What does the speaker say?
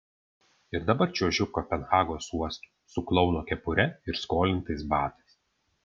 ir dabar čiuožiu kopenhagos uostu su klouno kepure ir skolintais batais